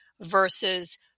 versus